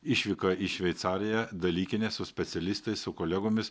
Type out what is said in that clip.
išvyka į šveicariją dalykinė su specialistais su kolegomis